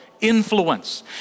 influence